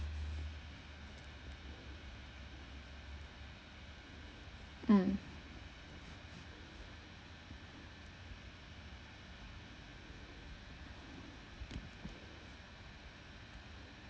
hmm